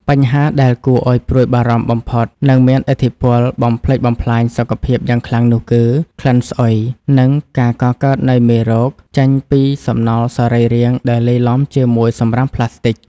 បញ្ហាដែលគួរឱ្យព្រួយបារម្ភបំផុត និងមានឥទ្ធិពលបំផ្លិចបំផ្លាញសុខភាពយ៉ាងខ្លាំងនោះគឺ ក្លិនស្អុយ និងការកកើតនៃមេរោគ ចេញពីសំណល់សរីរាង្គដែលលាយឡំជាមួយសម្រាមផ្លាស្ទិក។